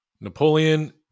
napoleon